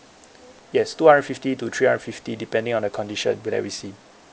yes two hundred fifty to three hundred fifty depending on the condition that we see